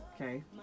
Okay